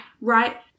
Right